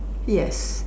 yes